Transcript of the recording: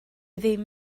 ddim